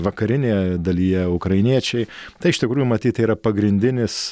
vakarinėje dalyje ukrainiečiai tai iš tikrųjų matyt tai yra pagrindinis